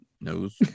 knows